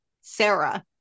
Sarah